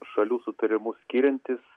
šalių sutarimu skiriantis